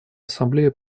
ассамблея